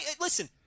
Listen